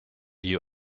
you